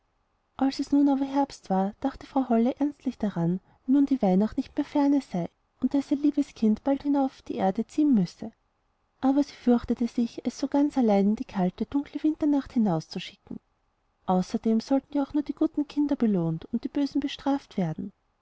als es aber nun herbst war dachte frau holle ernstlich daran wie nun die weihnacht nicht mehr ferne sei und daß ihr liebes kind bald hinunter auf die erde ziehen müsse aber sie fürchtete sich es so ganz allein in die kalte dunkle winternacht hinauszuschicken außerdem sollten ja auch nur die guten kinder belohnt und die bösen bestraft werden